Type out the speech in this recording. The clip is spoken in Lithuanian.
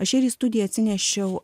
aš ir į studiją atsinešiau